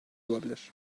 olabilir